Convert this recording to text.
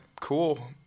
cool